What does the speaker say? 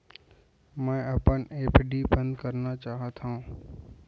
मै अपन एफ.डी बंद करना चाहात हव